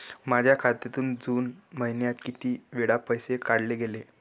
माझ्या खात्यातून जून महिन्यात किती वेळा पैसे काढले गेले?